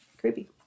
Creepy